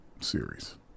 series